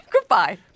Goodbye